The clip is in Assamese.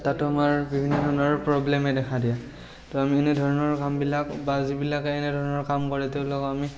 তাতো আমাৰ বিভিন্ন ধৰণৰ প্ৰব্লেমে দেখা দিয়ে তো আমি এনে ধৰণৰ কামবিলাক বা যিবিলাকে এনেধৰণৰ কাম কৰে তেওঁলোকক আমি